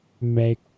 make